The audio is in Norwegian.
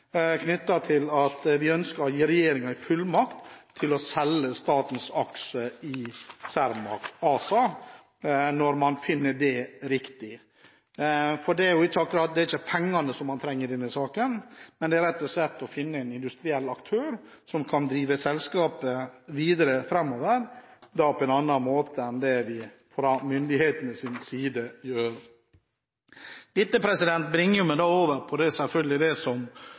knyttet til at vi ønsker å gi regjeringen en fullmakt til å selge statens aksjer i Cermaq ASA når man finner det riktig. Det er ikke akkurat pengene man trenger i denne saken, men det er rett og slett å finne en industriell aktør som kan drive selskapet videre framover på en annen måte enn det en gjør fra myndighetenes side. Dette bringer meg selvfølgelig over på det som i sluttfasen, da vi behandlet saken i komiteen, gjorde denne saken litt vanskeligere, nemlig at det